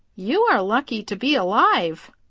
you are lucky to be alive,